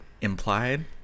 implied